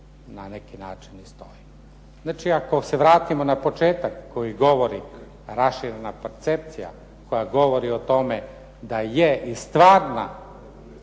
neki način i stoji. Znači, ako se vratimo na početak koji govori raširena percepcija, koja govori o tome da je i stvarna